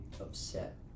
upset